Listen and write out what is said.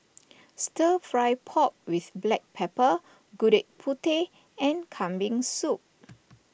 Stir Fry Pork with Black Pepper Gudeg Putih and Kambing Soup